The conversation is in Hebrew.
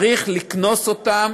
צריך לקנוס אותן